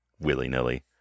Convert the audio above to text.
willy-nilly